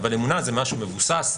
אבל אמונה זה משהו מבוסס,